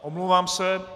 Omlouvám se.